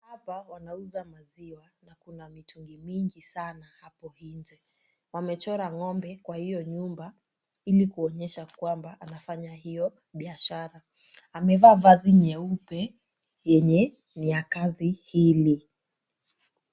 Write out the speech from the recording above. Hapa wanauza maziwa na kuna mitungi mingi sana hapo nje. Wamechora ng'ombe kwa hiyo nyumba, ili kuonyesha kwamba anafanya hiyo biashara. Amevaa vazi nyeupe yenye ni ya kazi hili.